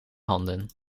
handen